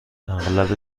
اغلب